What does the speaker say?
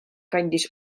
kandis